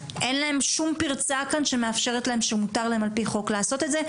אין להם שום פרצה כאן שמאפשרת להם על פי חוק לעשות את זה.